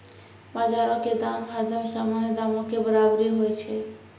बजारो के दाम हरदम सामान्य दामो के बराबरे होय छै